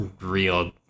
real